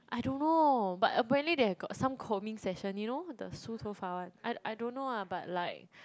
I don't know but apparently they have got some combing session you know the 梳头发 one I don't know lah but like